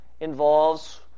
involves